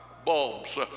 bulbs